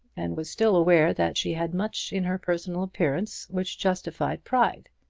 and was still aware that she had much in her personal appearance which justified pride.